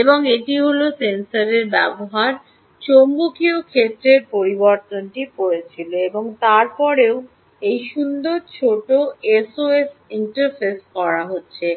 এবং এটি হল সেন্সর ব্যবহার করেচৌম্বকীয় ক্ষেত্রের পরিবর্তনটি পড়ছিল এবং তার পরেও এই সুন্দর ছোট এসওসি ইন্টারফেস করা হচ্ছে